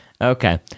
Okay